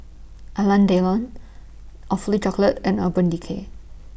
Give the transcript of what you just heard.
Alain Delon Awfully Chocolate and Urban Decay